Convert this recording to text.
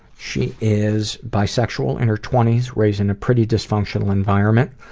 she is bisexual, in her twenty s, raised in a pretty dysfunctional environment.